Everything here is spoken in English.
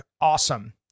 awesome